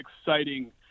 exciting